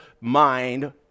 mind